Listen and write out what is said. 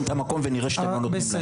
את המקום ונראה שאתם לא נותנים להם.